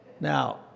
Now